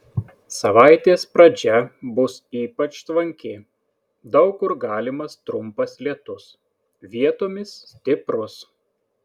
savaitės pradžia bus ypač tvanki daug kur galimas trumpas lietus vietomis stiprus